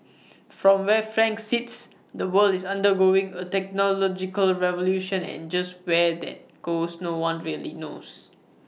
from where frank sits the world is undergoing A technological revolution and just where that goes no one really knows